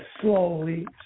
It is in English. slowly